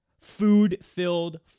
food-filled